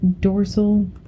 dorsal